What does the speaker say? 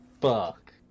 Fuck